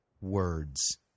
words